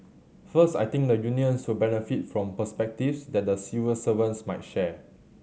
first I think the unions will benefit from perspectives that the civil servants might share